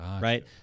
right